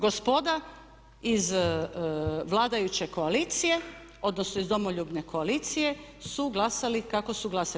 Gospoda iz vladajuće koalicije odnosno iz Domoljubne koalicije su glasali kako su glasali.